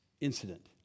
incident